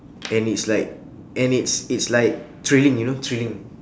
and it's like and it's it's like thrilling you know thrilling